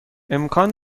امکان